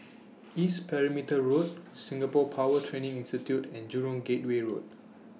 East Perimeter Road Singapore Power Training Institute and Jurong Gateway Road